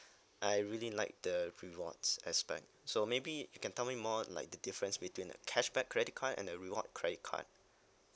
I really like the rewards aspect so maybe you can tell me more like the difference between the cashback credit card and the reward credit card